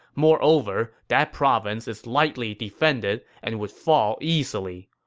moreover that province is lightly defended and would fall easily.